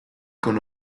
con